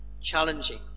challenging